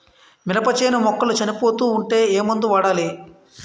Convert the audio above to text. మినప చేను మొక్కలు చనిపోతూ ఉంటే ఏమందు వాడాలి?